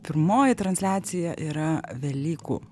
pirmoji transliacija yra velykų